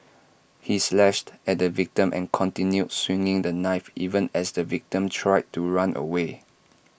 he slashed at the victim and continued swinging the knife even as the victim tried to run away